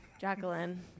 Jacqueline